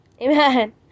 amen